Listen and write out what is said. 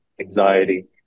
anxiety